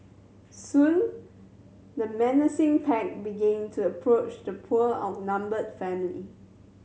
soon the menacing pack began to approach the poor outnumbered family